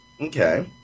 Okay